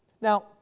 Now